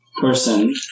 person